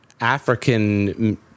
African